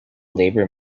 labour